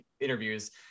interviews